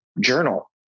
journal